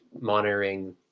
monitoring